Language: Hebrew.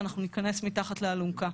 ואנחנו ניכנס מתחת לאלונקה.